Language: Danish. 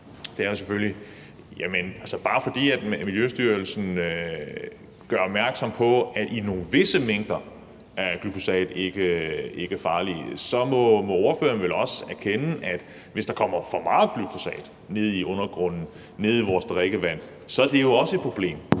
handler om, at bare fordi Miljøstyrelsen gør opmærksom på, at i visse mængder er glyfosat ikke farligt, så må ordføreren vel også erkende, at hvis der kommer for meget glyfosat i undergrunden, i vores drikkevand, er det et problem.